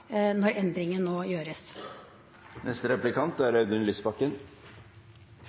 når endringen nå gjøres. Jeg er